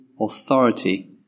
authority